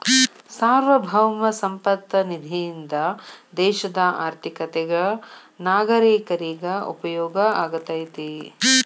ಸಾರ್ವಭೌಮ ಸಂಪತ್ತ ನಿಧಿಯಿಂದ ದೇಶದ ಆರ್ಥಿಕತೆಗ ನಾಗರೇಕರಿಗ ಉಪಯೋಗ ಆಗತೈತಿ